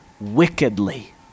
wickedly